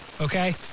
okay